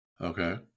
Okay